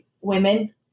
women